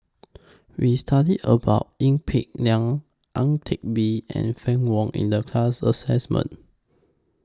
We studied about Ee Peng Liang Ang Teck Bee and Fann Wong in The class assignment